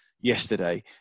yesterday